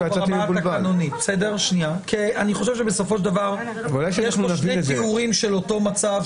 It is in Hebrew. אני חושב שבסופו של דבר יש פה שני תיאורים של אותו מצב,